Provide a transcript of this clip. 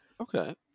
Okay